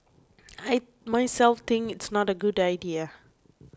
I myself think it's not a good idea